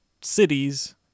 cities